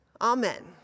Amen